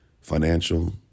Financial